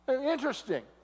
Interesting